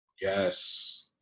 Yes